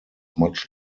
much